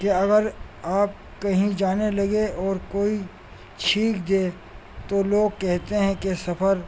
کہ اگر آپ کہیں جانے لگے اور کوئی چھینک دے تو لوگ کہتے ہیں کہ سفر